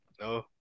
No